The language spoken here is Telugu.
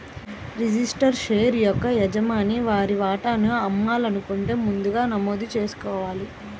రిజిస్టర్డ్ షేర్ యొక్క యజమాని వారి వాటాను అమ్మాలనుకుంటే ముందుగా నమోదు చేసుకోవాలి